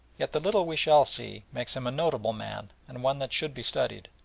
yet the little we shall see makes him a notable man, and one that should be studied.